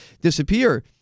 disappear